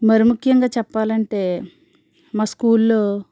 మరీ ముఖ్యంగా చెప్పాలి అంటే మా స్కూల్లో